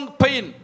pain